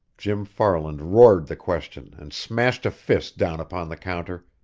jim farland roared the question and smashed a fist down upon the counter.